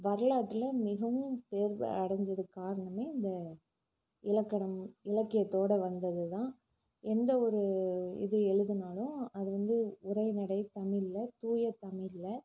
வரலாற்றில் மிகவும் பெருமை அடைஞ்சதுக்கு காரணமே இந்த இலக்கணம் இலக்கியத்தோட வந்தது தான் எந்த ஒரு இது எழுதுன்னாலும் அது வந்து உரைநடை தமிழ்ல தூய தமிழ்ல